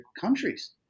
countries